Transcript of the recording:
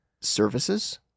services